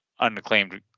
unacclaimed